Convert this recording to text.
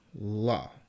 law